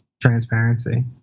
transparency